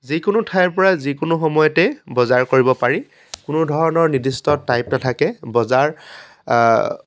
যিকোনো ঠাইৰ পৰা যিকোনো সময়তে বজাৰ কৰিব পাৰি কোনো ধৰণৰ নিৰ্দিষ্ট টাইপ নাথাকে বজাৰ